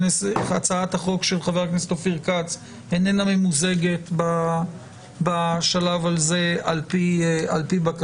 הצעת החוק של חבר הכנסת אופיר כץ איננה ממוזגת בשלב הזה על פי בקשתו.